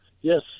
Yes